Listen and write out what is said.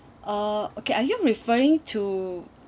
uh okay are you referring to